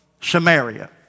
Samaria